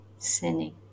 sinning